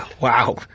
Wow